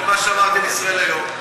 למה שאמרתי על "ישראל היום"?